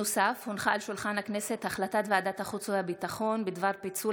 נוסף על כך הונחה על שולחן הכנסת הצעת ועדת החוץ והביטחון בדבר פיצול